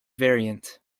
variant